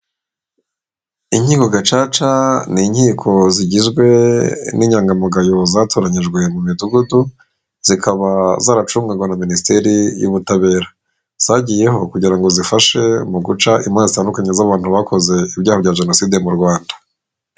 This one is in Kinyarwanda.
Inkiko gacaca ni inkiko zigizwe n'inyangamugayo zatoranyijwe mu midugudu zikaba zaracungwa na minisiteri y'ubutabera, zagiyeho kugira ngo zifashe mu guca imanza zitandukanye, z'abantu bakoze ibyaha bya jenoside mu Rwanda.